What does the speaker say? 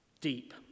Deep